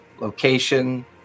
location